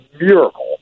miracle